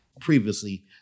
previously